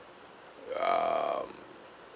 um